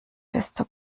desto